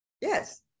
yes